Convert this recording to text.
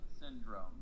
syndrome